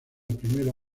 primera